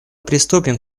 приступим